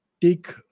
take